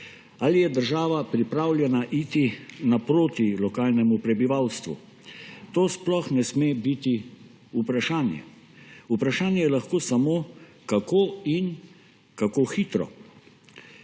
Ali je država pripravljena iti naproti lokalnemu prebivalstvu? To sploh ne sme biti vprašanje, vprašanje je lahko samo, kako in kako hitro.